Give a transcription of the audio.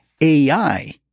AI